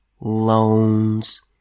loans